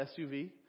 SUV